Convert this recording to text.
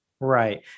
Right